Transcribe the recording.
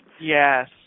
Yes